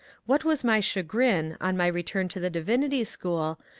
what was my chagrin, on my return to the divinity school,